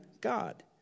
God